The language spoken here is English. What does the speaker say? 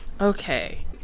Okay